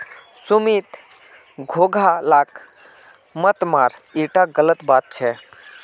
सुमित घोंघा लाक मत मार ईटा गलत बात छ